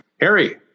Harry